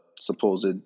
supposed